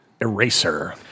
Eraser